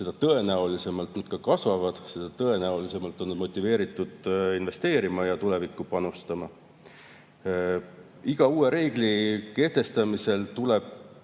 seda tõenäolisemalt nad kasvavad, seda tõenäolisemalt on nad motiveeritud investeerima ja tulevikku panustama. Iga uue reegli kehtestamisel tuleb